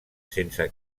sense